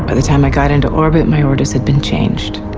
but the time i got into orbit, my orders had been changed.